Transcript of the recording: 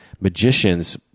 magicians